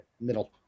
middle